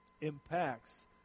impacts